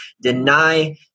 deny